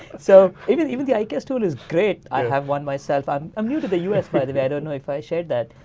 so even even the ikea stool is great. i have one myself, i'm um new to the us, by the way, i don't know if i shared that.